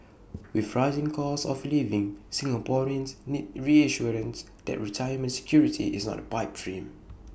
with rising costs of living Singaporeans need reassurance that retirement security is not A pipe dream